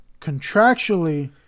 contractually